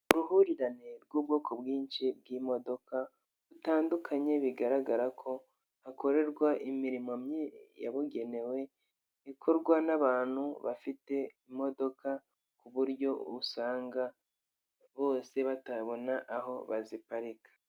Uruhurirane rw'ubwoko bwinshi bw'imodoka butandukanye bigaragara ko hakorerwa imirimo yabugenewe, ikorwa n'abantu bafite imodoka, ku buryo usanga bose batabona aho baziparika.